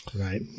Right